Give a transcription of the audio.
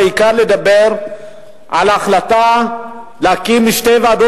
בעיקר לדבר על ההחלטה להקים שתי ועדות